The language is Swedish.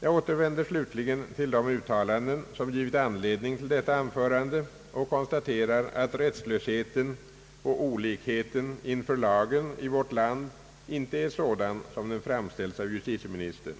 Jag återvänder slutligen till de uttalanden som givit anledning till detta anförande och konstaterar att rättslösheten och olikheten inför lagen i vårt land icke är sådan som den framställts av justitieministern.